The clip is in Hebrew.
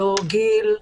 לא גיל,